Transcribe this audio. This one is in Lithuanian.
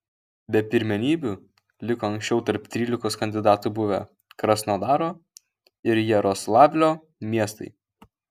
be pirmenybių liko anksčiau tarp trylikos kandidatų buvę krasnodaro ir jaroslavlio miestai